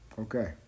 Okay